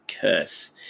Curse